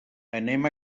anem